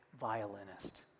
violinist